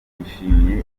yashimye